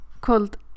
called